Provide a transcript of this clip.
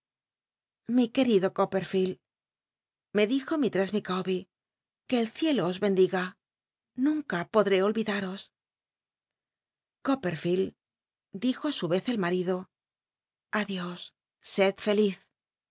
li querido copperfield me dijo mistress micawber que el cielo os bencliga nunca pod r é olvidaros copperfield dijo á su rez el marido adios sed feliz